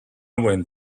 went